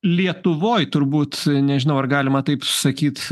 lietuvoj turbūt nežinau ar galima taip sakyt